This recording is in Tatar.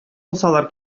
булсалар